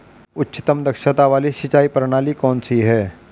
उच्चतम दक्षता वाली सिंचाई प्रणाली कौन सी है?